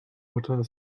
water